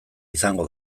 izango